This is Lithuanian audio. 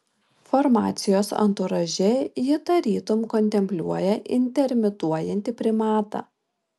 formacijos anturaže ji tarytum kontempliuoja intermituojantį primatą